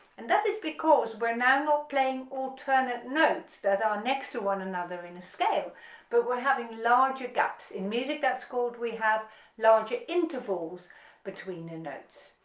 and that is because we're now not playing alternate notes that are next to one another in a scale but we're having larger gaps in music that's called we have larger intervals between the notes,